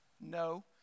No